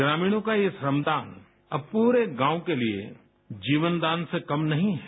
ग्रामीणों का ये श्रम दान अब पूरे गाँव के लिए जीवन दान से कम नहीं है